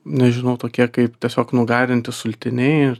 nežinau tokie kaip tiesiog nugarinti sultiniai ir